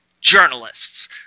Journalists